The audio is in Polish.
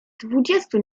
dwudziestu